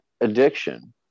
addiction